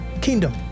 kingdom